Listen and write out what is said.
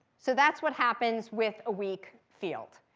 so that's what happens with a weak field.